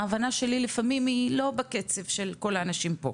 ההבנה שלי לפעמים היא לא בקצב של כל האנשים פה.